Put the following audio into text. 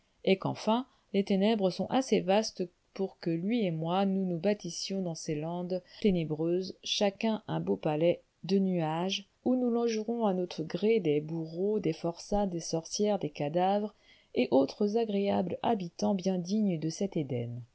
et qu'enfin les ténèbres sont assez vastes pour que lui et moi nous nous bâtissions dans ces landes ténébreuses chacun un beau palais de nuages où nous logerons à notre gré des bourreaux des forçats des sorcières des cadavres et autres agréables habitants bien dignes de cet éden